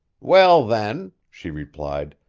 well, then, she replied,